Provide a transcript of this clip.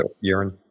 urine